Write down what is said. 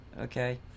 Okay